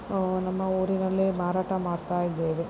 ನಮ್ಮ ಊರಿನಲ್ಲೇ ಮಾರಾಟ ಮಾಡ್ತಾ ಇದ್ದೇವೆ